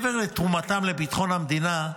מעבר לתרומתם לביטחון המדינה,